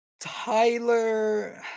Tyler